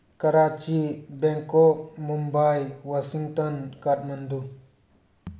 Karachi Bangkok Mumbai Washington Kathmandu